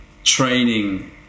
Training